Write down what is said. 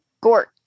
Gort